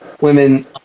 women